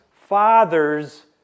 father's